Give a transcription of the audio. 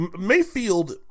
Mayfield